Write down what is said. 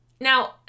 Now